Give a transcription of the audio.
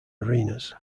arenas